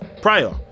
prior